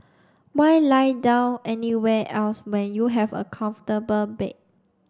why lie down anywhere else when you have a comfortable bed